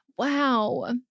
Wow